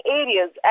areas